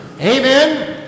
Amen